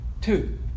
two